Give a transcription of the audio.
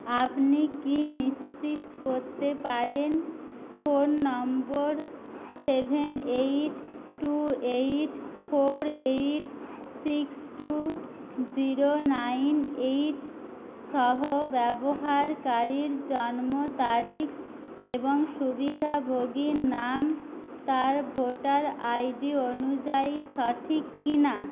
আপনি কি নিশ্চিত করতে পারেন phone number seven eight two eight four eight six two zero nine eight সহ ব্যবহারকারীর জন্ম তারিখ এবং সুবিধাভোগীর নাম তার ভোটার আইডি অনুযায়ী সঠিক কি না